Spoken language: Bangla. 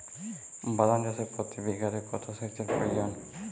বাদাম চাষে প্রতি বিঘাতে কত সেচের প্রয়োজন?